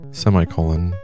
semicolon